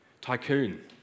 Tycoon